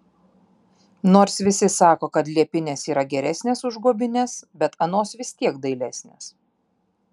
nors visi sako kad liepinės yra geresnės už guobines bet anos vis tiek dailesnės